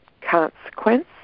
consequence